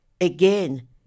again